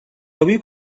آبی